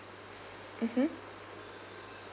mmhmm